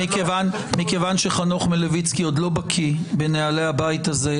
מכיוון שחנוך מלביצקי עוד לא בקיא בנוהלי הבית הזה,